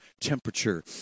temperature